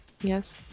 Yes